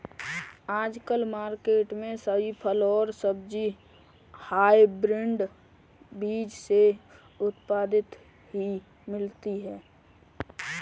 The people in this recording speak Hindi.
आजकल मार्केट में सभी फल और सब्जी हायब्रिड बीज से उत्पादित ही मिलती है